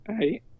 hey